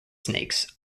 snakes